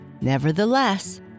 Nevertheless